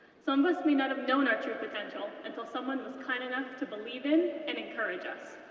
some of us may not have known our true potential until someone was kind enough to believe in and encourage us,